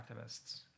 activists